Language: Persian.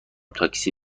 تاکسی